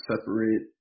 separate